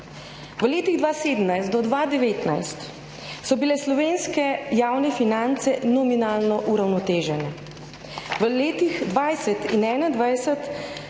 V letih 2017-2019 so bile slovenske javne finance nominalno uravnotežene, v letih 2020